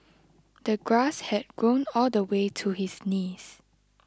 the grass had grown all the way to his knees